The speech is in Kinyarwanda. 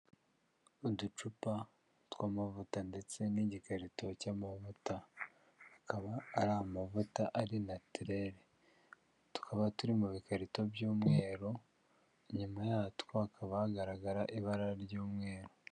Uducupa tw'amavuta, ndetse n'igikarito cy'amavuta, akaba ari amavuta ari natireri, tukaba turi mu bikarito by'umweru nyuma yatwo hakaba hagaragara ibara ry'umweru.